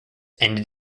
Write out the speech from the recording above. ended